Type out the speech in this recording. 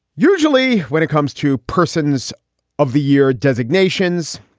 usually when it comes to persons of the year designations,